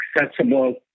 accessible